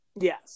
Yes